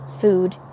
food